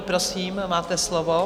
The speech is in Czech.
Prosím, máte slovo.